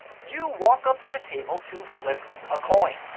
you walk up to the table to flip a coin.